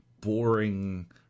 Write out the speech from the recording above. boring